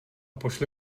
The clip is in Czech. pošli